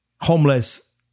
homeless